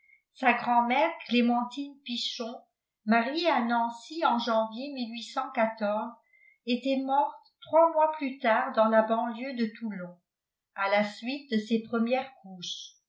sa grand-mère clémentine pichon mariée à nancy en janvier était morte trois mois plus tard dans la banlieue de toulon à la suite de ses premières couches